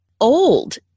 old